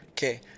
Okay